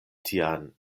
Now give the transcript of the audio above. tian